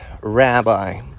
rabbi